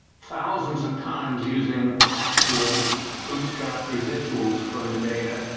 thousands of times using actual bootstrap residuals from the data,